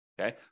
Okay